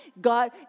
God